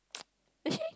actually